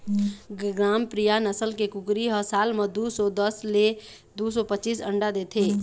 ग्रामप्रिया नसल के कुकरी ह साल म दू सौ दस ले दू सौ पचीस अंडा देथे